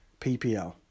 PPL